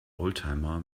oldtimer